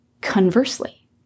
Conversely